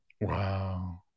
Wow